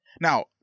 now